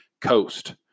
coast